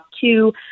Two